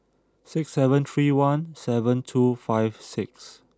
six seven three one seven two five six